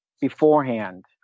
beforehand